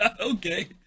Okay